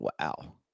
Wow